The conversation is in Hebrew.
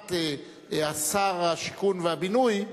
בהסכמת שר השיכון והבינוי,